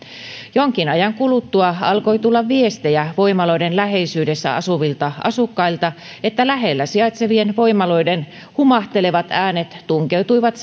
jonkin ajan kuluttua alkoi tulla viestejä voimaloiden läheisyydessä asuvilta asukkailta että lähellä sijaitsevien voimaloiden humahtelevat äänet tunkeutuivat